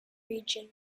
region